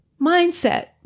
Mindset